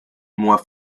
mois